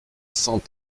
cent